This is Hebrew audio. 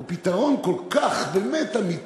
הוא פתרון כל כך אמיתי,